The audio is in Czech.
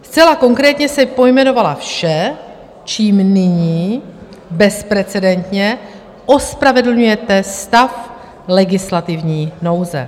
Zcela konkrétně jsem pojmenovala vše, čím nyní bezprecedentně ospravedlňujete stav legislativní nouze.